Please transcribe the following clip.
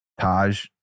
Taj